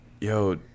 yo